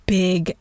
big